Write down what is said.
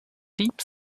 deep